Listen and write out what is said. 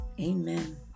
Amen